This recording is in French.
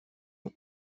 ont